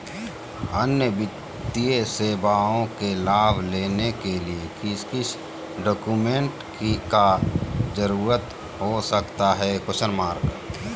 अन्य वित्तीय सेवाओं के लाभ लेने के लिए किस किस डॉक्यूमेंट का जरूरत हो सकता है?